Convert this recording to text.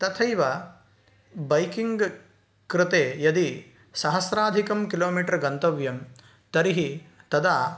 तथैव बैकिङ्ग् कृते यदि सहस्राधिकं किलोमिटर् गन्तव्यं तर्हि तदा